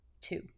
Two